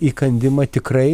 įkandimą tikrai